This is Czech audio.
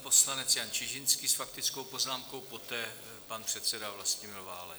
Poslanec Jan Čižinský s faktickou poznámkou, poté pan předseda Vlastimil Válek.